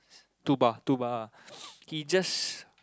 two bat two bar he just